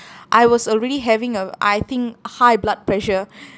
I was already having a I think high blood pressure